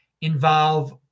involve